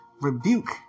rebuke